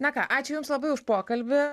na ką ačiū jums labai už pokalbį